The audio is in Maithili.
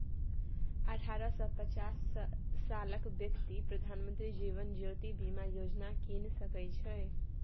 अठारह सँ पचास सालक बेकती प्रधानमंत्री जीबन ज्योती बीमा योजना कीन सकै छै